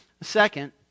Second